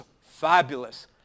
fabulous